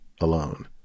alone